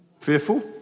Fearful